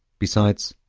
besides,